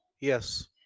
yes